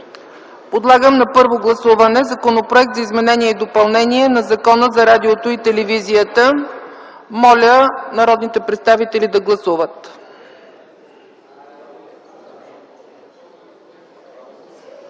Подлагам на първо гласуване Законопроекта за изменение и допълнение на Закона за радиото и телевизията. Гласували 122 народни представители: за